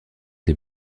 des